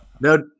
No